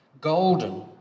Golden